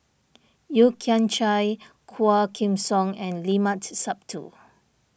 Yeo Kian Chye Quah Kim Song and Limat Sabtu